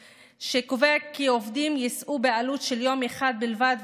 הוא קובע כי עובדים יישאו בעלות של יום אחד בלבד,